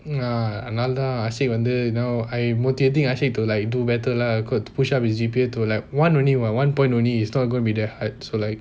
அதுனால தான்:athunaala dhaan ashiq வந்து:vanthu you know I motivate ahfiq to do better lah could push up his G_P_A to like one only what one point only it's not gonna be that hard so like